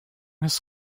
his